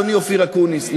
אדוני אופיר אקוניס,